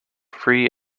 free